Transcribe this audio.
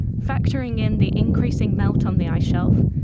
factoring in the increasing melt on the ice shelf,